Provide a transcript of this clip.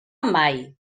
mai